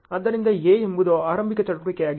ಆದ್ದರಿಂದ A ಎಂಬುದು ಆರಂಭಿಕ ಚಟುವಟಿಕೆಯಾಗಿದೆ